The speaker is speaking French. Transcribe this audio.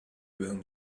bains